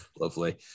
Lovely